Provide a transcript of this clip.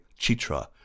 Chitra